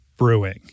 brewing